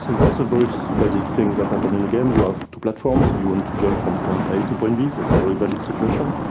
so that's a very so basic thing that happen in the game. you have two platforms, but you want and to jump from point a to point b, so it's a very basic situation.